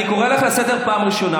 אני קורא אותך לסדר פעם ראשונה.